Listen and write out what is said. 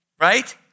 right